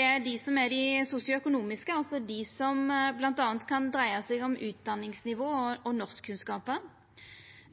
er dei sosioøkonomiske, som bl.a. kan dreia seg om utdanningsnivå og norskkunnskapar.